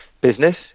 business